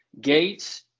Gates